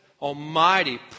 almighty